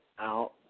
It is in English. out